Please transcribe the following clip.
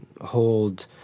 hold